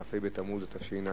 כ"ה בתמוז התשע"א,